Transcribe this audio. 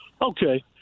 Okay